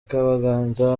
kabaganza